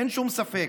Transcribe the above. אין שום ספק.